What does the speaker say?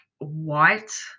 white